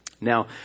Now